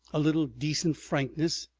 a little decent frankness.